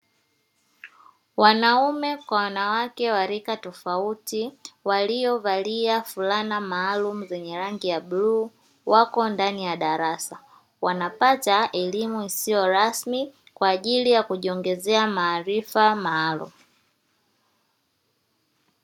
Wanaume kwa wanawake wa rika tofauti waliovalia fulana maalumu zenye rangi ya bluu wako ndani ya darasa, wanapata elimu isiyo rasmi kwa ajili ya kujiongezea maarifa maalumu.